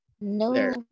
No